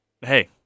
Hey